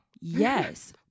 Yes